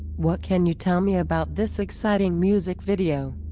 what can you tell me about this exciting music video?